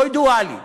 לא ידועה לי.